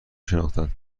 شناختند